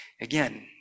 again